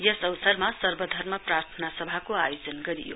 यस अवसरमा सर्वधर्म प्रार्थना सभाको आयोजन गरियो